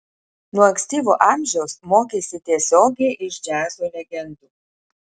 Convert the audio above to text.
nuo ankstyvo amžiaus mokėsi tiesiogiai iš džiazo legendų